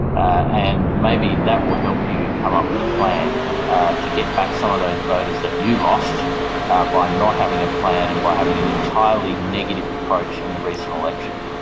and maybe that will help you come up with a plan to get back some of those voters that you lost by not having a plan and by having an entirely negative approach in the recent election.